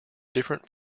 different